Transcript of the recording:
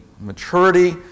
maturity